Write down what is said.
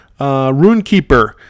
RuneKeeper